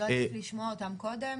אז לא עדיף לשמוע אותם קודם?